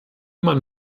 man